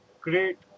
great